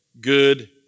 good